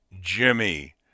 Jimmy